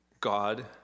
God